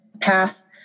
path